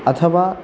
अथवा